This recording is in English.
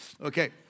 okay